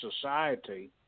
society